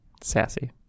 Sassy